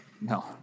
No